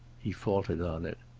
he faltered on it.